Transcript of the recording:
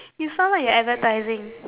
you sound like you're advertising